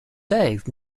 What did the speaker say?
saved